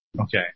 Okay